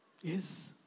Yes